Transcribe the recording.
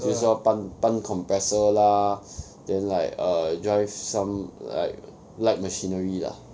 比如说搬搬 compressor lah then like err drive some like light machinery lah